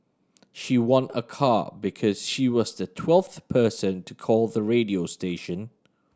she won a car because she was the twelfth person to call the radio station